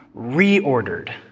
reordered